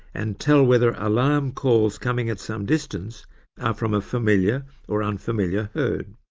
and tell whether alarm calls coming at some distance are from a familiar or unfamiliar herd.